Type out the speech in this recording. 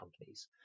companies